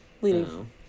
Leading